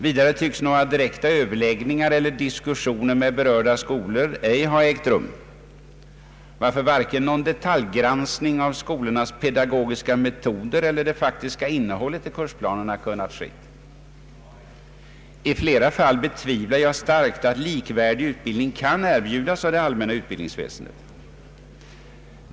Vidare tycks några direkta överläggningar eller diskussioner med berörda skolor ej ha ägt rum, varför någon detaljgranskning av skolornas pedagogiska metoder ej kunnat ske och ej heller av det faktiska innehållet i kursplanerna. I flera fall betvivlar jag starkt att likvärdig utbildning kan erbjudas av det allmänna utbildningsväsendet.